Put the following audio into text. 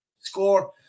Score